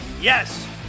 Yes